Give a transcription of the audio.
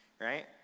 right